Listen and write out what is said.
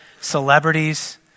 celebrities